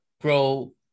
Grow